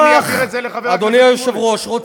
אדוני היושב-ראש,